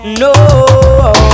no